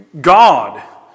God